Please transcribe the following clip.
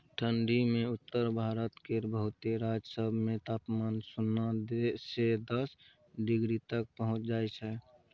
ठंढी मे उत्तर भारत केर बहुते राज्य सब मे तापमान सुन्ना से दस डिग्री तक पहुंच जाइ छै